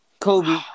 Kobe